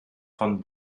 von